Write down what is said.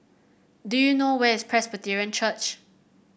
do you know where is Presbyterian Church